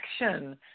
action